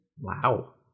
wow